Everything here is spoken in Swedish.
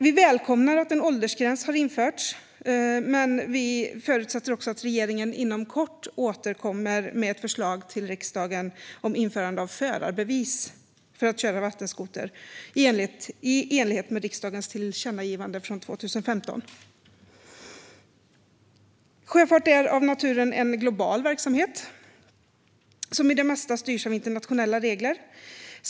Vi välkomnar att en åldersgräns har införts och förutsätter att regeringen inom kort återkommer med ett förslag till riksdagen om införande av förarbevis för att köra vattenskoter, i enlighet med riksdagens tillkännagivande från 2015. Sjöfart är av naturen en global verksamhet som mest styrs av internationella regler.